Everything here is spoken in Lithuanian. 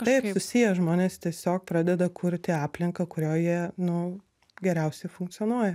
taip susiję žmonės tiesiog pradeda kurti aplinką kurioj jie nu geriausiai funkcionuoja